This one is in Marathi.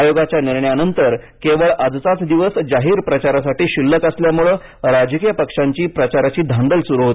आयोगाच्या निर्णयानंतर केवळ आजचाच दिवस जाहीर प्रचारासाठी शिल्लक असल्यामुळे राजकीय पक्षांची प्रचाराची धांदल सुरू आहे